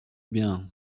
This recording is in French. bien